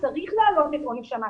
צריך להעלות את עונש המקסימום.